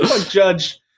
judge